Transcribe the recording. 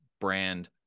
brand